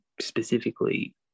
specifically